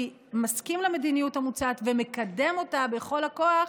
מסכים למדיניות המוצעת ומקדם אותה בכל הכוח,